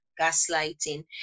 gaslighting